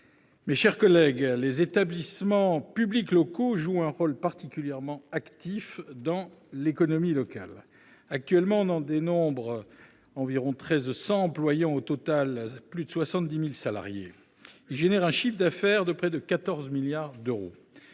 mes chers collègues, les établissements publics locaux jouent un rôle particulièrement actif dans l'économie locale. Actuellement, on en dénombre environ 1 300, employant au total 70 000 salariés. Ils génèrent un chiffre d'affaires de près de 14 milliards d'euros.